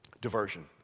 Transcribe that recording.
Diversion